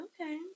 Okay